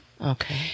Okay